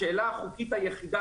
השאלה החוקית היחידה,